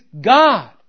God